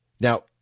Now